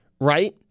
Right